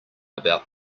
about